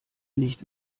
nicht